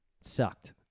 sucked